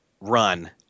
run